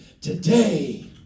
today